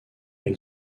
elle